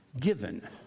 given